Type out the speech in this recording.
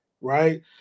right